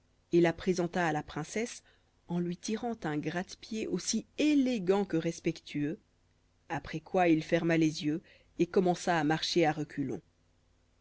et la présenta à la princesse en lui tirant un gratte pied aussi élégant que respectueux après quoi il ferma les yeux et commença à marcher à reculons